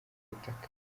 butaka